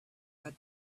had